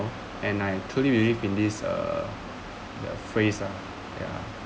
and I truly really believes uh the phrase ah ya